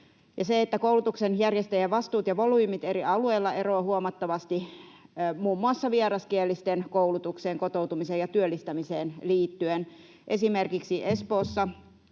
Koulutuksen järjestäjän vastuut ja volyymit eri alueilla eroavat huomattavasti muun muassa vieraskielisten koulutukseen, kotoutumiseen ja työllistämiseen liittyen. Esimerkiksi Espoossa